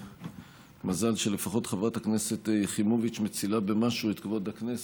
מזל שלפחות חברת הכנסת יחימוביץ מצילה במשהו את כבוד הכנסת.